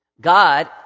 God